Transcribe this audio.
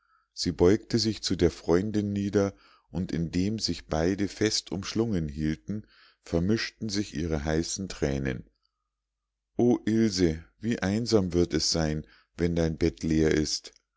sie beugte sich zu der freundin nieder und indem sich beide fest umschlungen hielten vermischten sich ihre heißen thränen o ilse wie einsam wird es sein wenn dein bett leer ist